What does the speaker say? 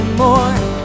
more